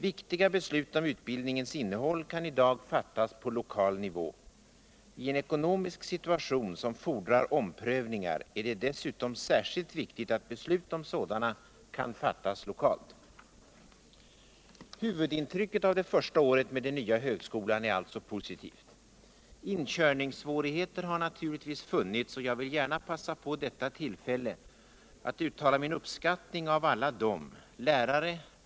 Viktiga beslut om utbildningens innehåll kan i dag fattas på lokal nivå. I en ekonomisk situation som fordrar omprövningar är det dessutom särskilt viktigt att beslut om sådana kan fattas lokalt. Huvudintrycket av det första året med den nya högskolan är alltså positivt. Inkörningssvårigheter har naturligtvis funnits. och jag vill gärna pussa på detta tillfälle att uttala min uppskattning av alla dem — lärare.